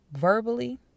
verbally